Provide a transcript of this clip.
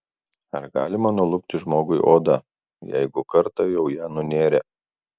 ar galima nulupti žmogui odą jeigu kartą jau ją nunėrė